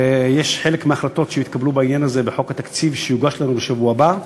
וחלק מההחלטות שהתקבלו בעניין הזה בחוק התקציב שיוגש לנו בשבוע הבא,